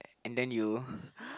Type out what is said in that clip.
and then you